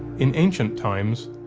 in ancient times,